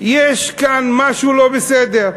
יש כאן משהו לא בסדר.